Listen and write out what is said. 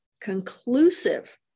conclusive